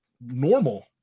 normal